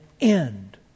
end